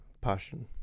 passion